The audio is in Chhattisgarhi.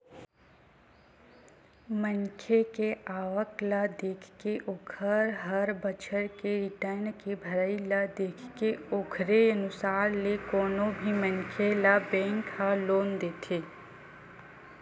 मनखे के आवक ल देखके ओखर हर बछर के रिर्टन के भरई ल देखके ओखरे अनुसार ले कोनो भी मनखे ल बेंक ह लोन देथे